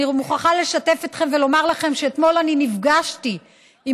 אני מוכרחה לשתף אתכם ולומר לכם שאתמול נפגשתי עם